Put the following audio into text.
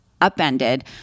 upended